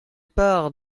part